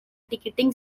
ticketing